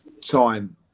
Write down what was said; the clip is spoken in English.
time